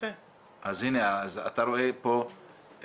אתה רואה פה,